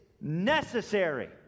necessary